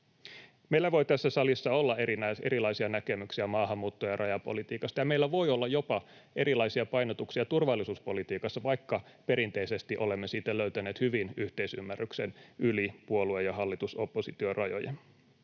Meillä voi tässä salissa olla erilaisia näkemyksiä maahanmuutto- ja rajapolitiikasta, ja meillä voi olla jopa erilaisia painotuksia turvallisuuspolitiikassa, vaikka perinteisesti olemme siitä löytäneet hyvin yhteisymmärryksen yli puolue- ja hallitus—oppositio-rajojen,